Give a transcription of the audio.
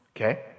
okay